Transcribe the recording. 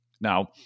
Now